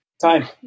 Time